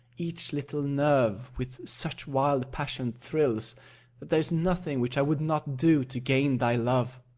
each little nerve with such wild passion thrills that there is nothing which i would not do to gain thy love.